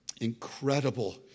incredible